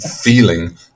feeling